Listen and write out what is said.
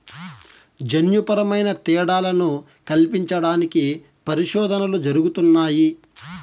జన్యుపరమైన తేడాలను కల్పించడానికి పరిశోధనలు జరుగుతున్నాయి